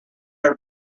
are